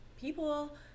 people